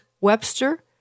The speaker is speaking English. Webster